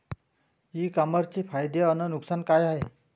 इ कामर्सचे फायदे अस नुकसान का हाये